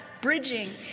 bridging